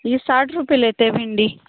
जी साठ रुपए लेते भिंडी